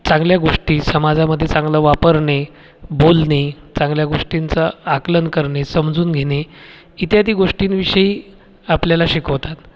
चांगल्या गोष्टी समाजामध्ये चांगलं वापरणे बोलणे चांगल्या गोष्टींचं आकलन करणे समजून घेणे इत्यादी गोष्टींविषयी आपल्याला शिकवतात